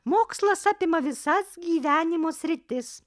mokslas apima visas gyvenimo sritis